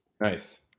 nice